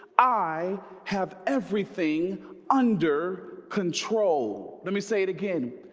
i have everything under control let me say it again.